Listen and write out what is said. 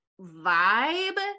vibe